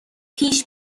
پیش